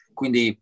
quindi